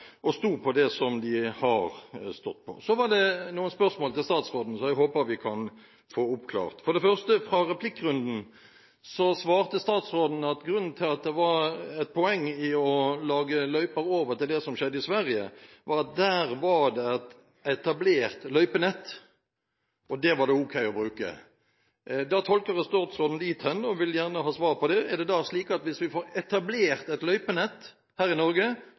og stod på det de har stått på. Noen spørsmål til statsråden, som jeg håper vi kan få oppklart: For det første – i replikkrunden svarte statsråden at grunnen til at det var et poeng å lage løyper over til Sverige, var at det der er et etablert løypenett, og det er det ok å bruke. Da tolker jeg statsråden dit hen og vil gjerne ha svar på følgene: Er det da slik at dersom vi får etablert et løypenett her i Norge,